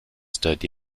stood